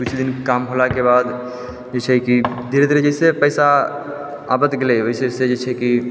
किछु दिन काम होलाके बाद जे छै कि धीरे धीरे जैसे पैसा अबैत छलै